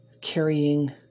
carrying